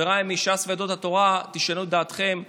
חבריי מש"ס ויהדות התורה, תשנו את דעתכם ותגידו: